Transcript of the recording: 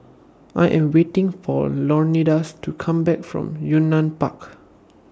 I Am waiting For Leonidas to Come Back from Yunnan Park